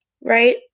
right